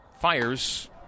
fires